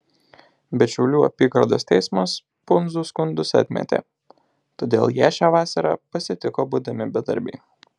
bet šiaulių apygardos teismas pundzų skundus atmetė todėl jie šią vasarą pasitiko būdami bedarbiai